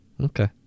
Okay